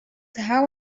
how